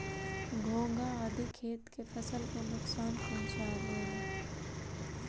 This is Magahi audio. घोंघा आदि खेत के फसल के नुकसान पहुँचावऽ हई